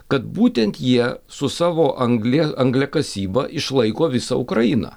kad būtent jie su savo anglie angliakasyba išlaiko visą ukrainą